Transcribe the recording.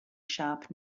sharp